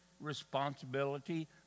responsibility